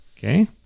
Okay